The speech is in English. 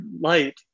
light